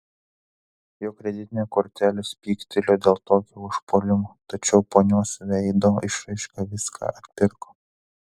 jo kreditinė kortelė spygtelėjo dėl tokio užpuolimo tačiau ponios veido išraiška viską atpirko